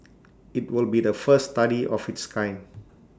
IT will be the first study of its kind